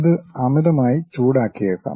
ഇത് അമിതമായി ചൂടാക്കിയേക്കാം